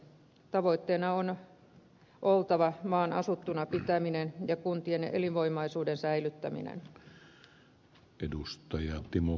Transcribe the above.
tavoitteena on oltava maan asuttuna pitäminen ja kuntien elinvoimaisuuden säilyttäminen